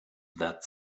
that